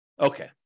Okay